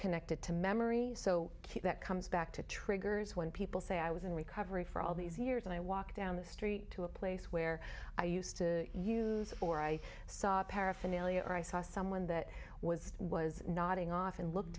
connected to memory so keep that comes back to triggers when people say i was in recovery for all these years and i walk down the street to a place where i used to use or i saw a paraphernalia or i saw someone that was was nodding off and looked